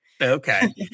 Okay